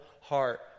heart